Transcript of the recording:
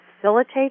facilitate